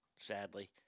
sadly